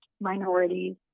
minorities